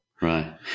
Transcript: Right